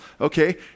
Okay